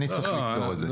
אני צריך לפתור את זה.